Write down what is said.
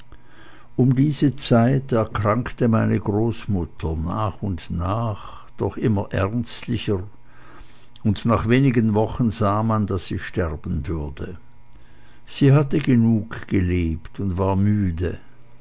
um diese zeit erkrankte meine großmutter nach und nach doch immer ernstlicher und nach wenigen wochen sah man daß sie sterben würde sie hatte genug gelebt und war müde